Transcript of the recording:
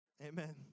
Amen